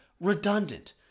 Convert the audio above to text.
redundant